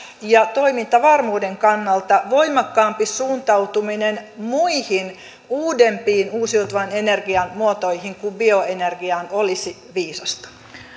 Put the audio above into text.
ja toimintavarmuuden kannalta voimakkaampi suuntautuminen muihin uudempiin uusiutuvan energian muotoihin kuin bioenergiaan olisi viisasta